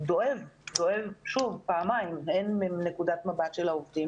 דואב פעמיים: הן מנקודת המבט של העובדים